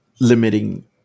limiting